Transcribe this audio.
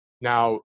Now